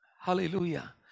Hallelujah